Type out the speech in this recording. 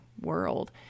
world